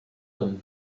him